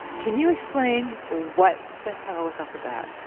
can you explain what the hell is up with that?